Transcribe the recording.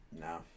No